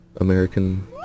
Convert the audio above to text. American